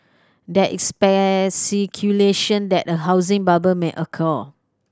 there is that a housing bubble may occur